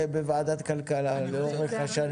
בוועדת כלכלה לאורך השנים.